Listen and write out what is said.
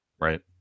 Right